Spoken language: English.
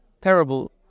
terrible